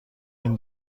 این